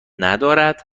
ندارد